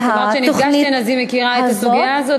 את אמרת שנפגשתן, אז היא מכירה את הסוגיה הזאת.